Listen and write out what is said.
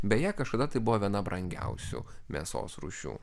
beje kažkada tai buvo viena brangiausių mėsos rūšių